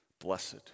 Blessed